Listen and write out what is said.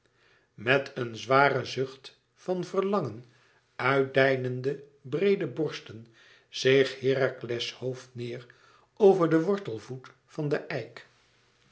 met een zwaren zucht van verlangen uit deinende breede borsten zeeg herakles hoofd neêr over den wortelvoet van den eik